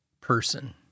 person